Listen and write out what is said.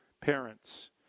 parents